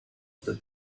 that